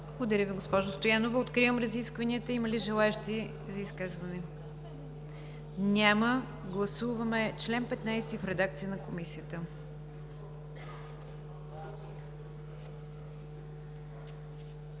Благодаря Ви, госпожо Стоянова. Откривам разискванията. Има ли желаещи за изказвания? Няма. Гласуваме чл. 15 по редакция на Комисията.